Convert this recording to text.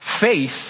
Faith